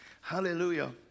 hallelujah